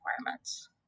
requirements